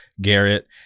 Garrett